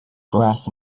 grass